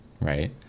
right